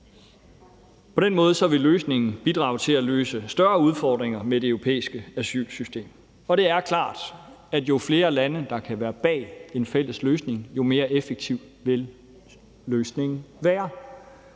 På den måde vil løsningen bidrage til at løse større udfordringer med det europæiske asylsystem. For det er klart, at jo flere lande der kan være bag en fælles løsning, jo mere effektiv vil løsningen være.